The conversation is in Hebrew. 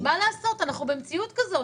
מה לעשות, אנחנו במציאות כזאת.